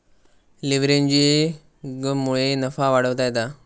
लीव्हरेजिंगमुळे नफा वाढवता येता